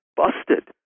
busted